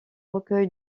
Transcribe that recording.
recueil